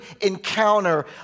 encounter